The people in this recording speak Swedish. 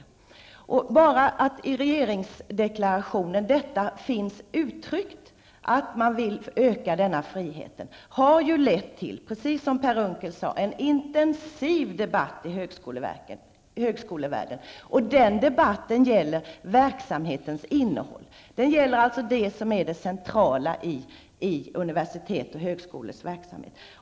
Bara det faktum att det i regeringsdeklarationen finns uttryckt en önskan om att öka denna frihet har, precis som Per Unckel sade, lett till en intensiv debatt i högskolevärlden. Den debatten gäller verksamhetens innehåll, dvs. det som är det centrala i universitets och högskolors verksamhet.